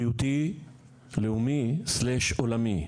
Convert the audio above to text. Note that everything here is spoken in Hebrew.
בריאותי-לאומי/עולמי,